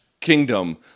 kingdom